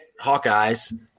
Hawkeyes